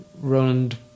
Roland